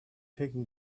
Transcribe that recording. taking